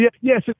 Yes